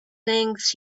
things